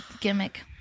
gimmick